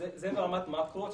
זה ברמת המקרו.